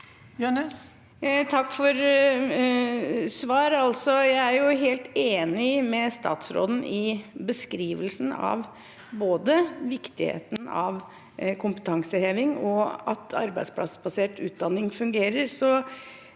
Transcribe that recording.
Takk for svaret. Jeg er helt enig med statsråden i beskrivelsen av både viktigheten av kompetanseheving og at arbeidsplassbasert utdanning fungerer.